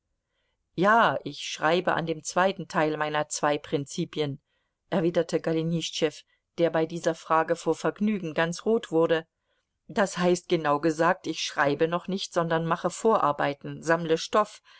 ja ich schreibe an dem zweiten teil meiner zwei prinzipien erwiderte golenischtschew der bei dieser frage vor vergnügen ganz rot wurde das heißt genau gesagt ich schreibe noch nicht sondern mache vorarbeiten sammle stoff